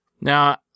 Now